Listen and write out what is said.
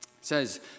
says